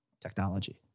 technology